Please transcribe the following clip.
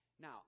Now